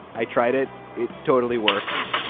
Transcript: i tried it. it totally works.